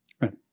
Right